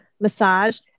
massage